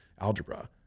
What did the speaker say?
algebra